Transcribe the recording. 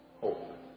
Hope